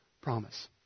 promise